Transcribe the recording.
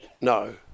no